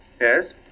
Yes